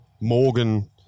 Morgan